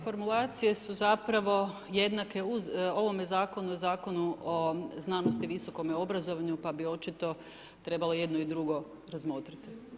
Formulacije su zapravo jednake u ovome zakonu i u Zakonu o znanosti i visokom obrazovanju pa bi očito trebalo jedno i drugo razmotriti.